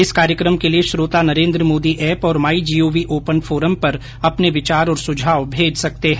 इस कार्यक्रम के लिए श्रोता नरेन्द्र मोदी एप और my G O V open forum पर अपने विचार और सुझाव भेज सकते हैं